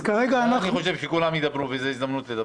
אני חושב שכולם ידברו, זו הזדמנות לדבר.